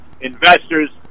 investors